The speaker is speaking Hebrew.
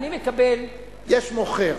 יש מוכר,